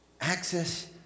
access